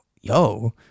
yo